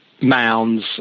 mounds